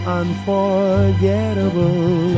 unforgettable